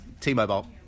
T-Mobile